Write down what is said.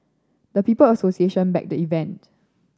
the People Association backed the event